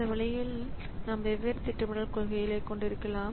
இந்த வழியில் நீங்கள் நாம் வெவ்வேறு திட்டமிடல் கொள்கைகளைக் கொண்டிருக்கலாம்